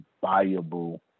viable